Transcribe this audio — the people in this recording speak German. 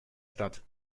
statt